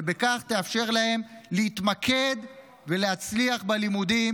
ובכך תאפשר להם להתמקד ולהצליח בלימודים